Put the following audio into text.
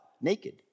naked